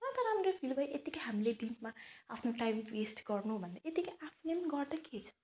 मलाई त राम्रै फिल भयो यतिकै हामीले दिनमा आफ्नो टाइम वेस्ट गर्नुभन्दा यतिकै आफूले पनि गर्दा के छ